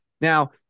Now